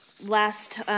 LAST